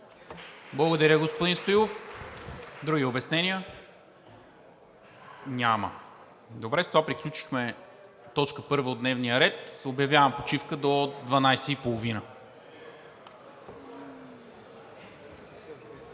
Благодаря, господин Стоилов. Други обяснения? Няма. С това приключихме точка първа от дневния ред. Обявявам почивка до 12,30